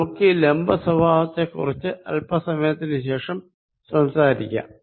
നമുക്കീ ലംബ സ്വഭാവത്തെക്കുറിച്ച അല്പസമയത്തിനു ശേഷം സംസാരിക്കാം